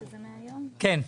כן.